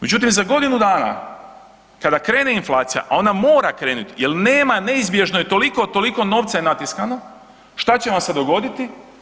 Međutim, za godinu dana kada krene inflacija, a ona mora krenuti jer nema, neizbježno je toliko novca je natiskano, šta će vam se dogoditi?